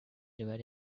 divided